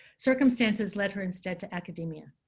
circumstances led her instead to academia.